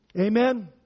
Amen